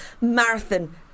marathon